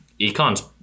econ's